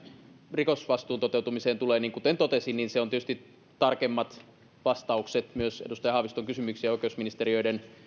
rikosvastuun toteutumiseen tulee niin kuten totesin se on tietysti myös tarkemmat vastaukset edustaja haaviston kysymyksiin oikeusministeriöiden